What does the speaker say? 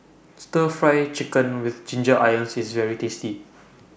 Stir Fry Chicken with Ginger Onions IS very tasty